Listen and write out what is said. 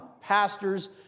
pastors